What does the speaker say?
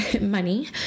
money